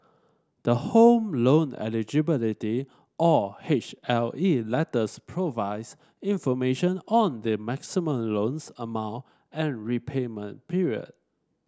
the Home Loan Eligibility or H L E letters provides information on the maximum loans amount and repayment period